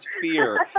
fear